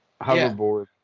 hoverboard